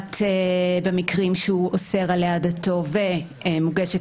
המשפט במקרים שהוא אוסר על העדתו ומוגשת